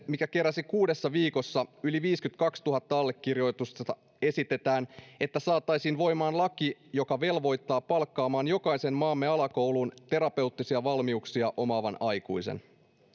mikä keräsi kuudessa viikossa yli viisikymmentäkaksituhatta allekirjoitusta esitetään että saataisiin voimaan laki joka velvoittaa palkkaamaan jokaiseen maamme alakouluun terapeuttisia valmiuksia omaavan aikuisen